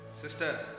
sister